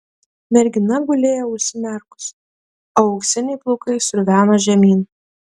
mergina gulėjo užsimerkusi o auksiniai plaukai sruveno žemyn